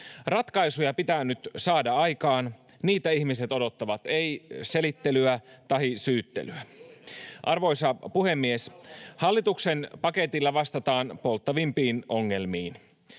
Ratkaisuja pitää nyt saada aikaan. Niitä ihmiset odottavat, eivät selittelyä tai syyttelyä. [Timo Heinonen: Juuri näin!] Arvoisa puhemies! Hallituksen paketilla vastataan polttavimpiin ongelmiin.